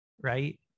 right